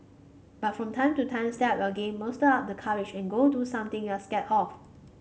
but from time to time step up your game muster up the courage and go do something you're scared of